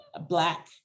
black